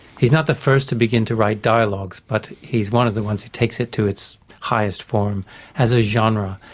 he's not the first to begin to write dialogues, but he's one of the ones who takes it to its highest form as a genre.